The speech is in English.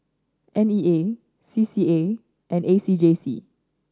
N E A C C A and A C J C